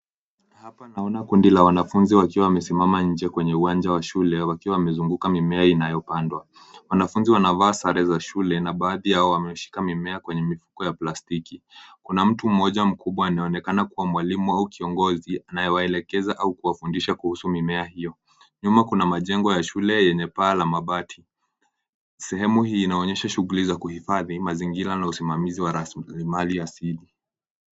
Hapa naona kundi la wanafunzi wakiwa wamesimama nje kwenye uwanja wa shule wakiwa wamezunguka mimea inayopandwa. Wanafunzi wanavaa sare za shule na baadhi yao wameshika mimea kwenye mifuko ya plastiki. Kuna mtu mmoja mkubwa anayeonekana kuwa mwalimu au kiongozi anayewaelekeza au kuwafundisha kuhusu mimea hiyo. Nyuma kuna majengo ya shule yenye paa la mabati. Sehemu hii inaonyesha shughuli za kuhifadhi mazingira na usimamizi wa rasilimali asili.